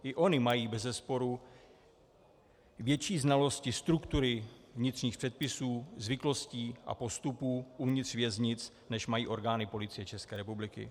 I ony mají bezesporu větší znalosti struktury vnitřních předpisů, zvyklostí a postupů uvnitř věznic, než mají orgány Policie České republiky.